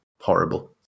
horrible